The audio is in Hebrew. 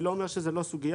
אני לא אומר שזו לא סוגיה.